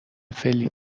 فعلی